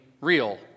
real